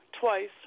twice